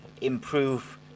improve